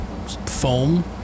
Foam